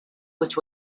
which